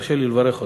תרשה לי לברך אותך.